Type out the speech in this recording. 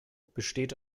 besteht